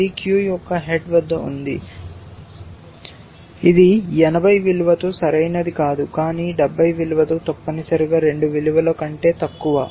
ఇది క్యూ యొక్క హెడ్ వద్ద ఉంది క్షమించండి ఇది 80 విలువతో సరైనది కాదు కానీ 70 విలువతో తప్పనిసరిగా 2 విలువల కంటే తక్కువ